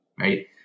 right